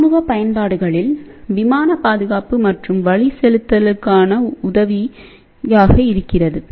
இராணுவ பயன்பாடுகளில் விமான பாதுகாப்பு மற்றும் வழிசெலுத்தலுக்கு உதவியாக இருக்கிறது